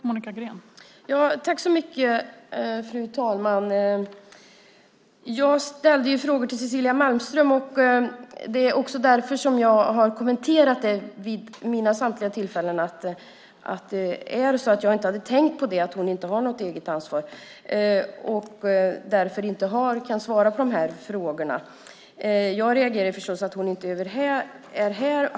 Fru talman! Jag ställde ju mina frågor till Cecilia Malmström, och det är också därför jag vid mina samtliga tillfällen har kommenterat att hon inte har något eget ansvar och därför inte kan svara på de här frågorna. Jag reagerar förstås över att hon inte är här.